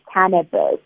cannabis